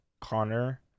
Connor